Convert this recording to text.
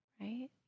right